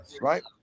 right